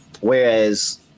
Whereas